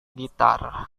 gitar